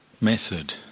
method